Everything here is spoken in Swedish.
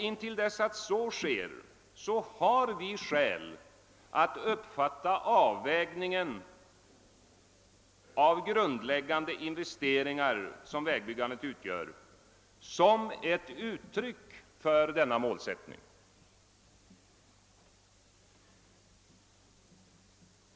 Intill dess att så sker har vi skäl att uppfatta avvägningen av de grundläggande investeringar som vägbyggandet utgör som ett uttryck för denna målsättning.